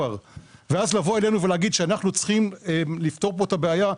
ואז לבוא אלינו ולהגיד שאנחנו צריכים לפתור את הבעיה?